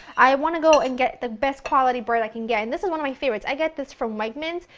i want to go and get the best quality bread i can get and this is one of my favorites. i get this from wegmans,